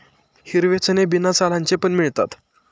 हिरवे चणे बिना सालांचे पण मिळतात